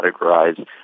categorize